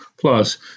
Plus